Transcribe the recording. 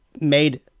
made